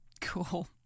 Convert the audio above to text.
Cool